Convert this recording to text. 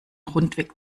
rundweg